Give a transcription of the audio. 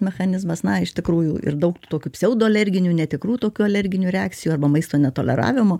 mechanizmas na iš tikrųjų ir daug tokių pseudoalergenų netikrų tokių alerginių reakcijų arba maisto netoleravimo